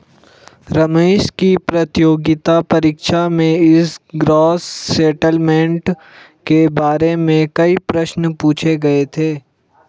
रमेश की प्रतियोगिता परीक्षा में इस ग्रॉस सेटलमेंट के बारे में कई प्रश्न पूछे गए थे